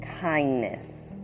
kindness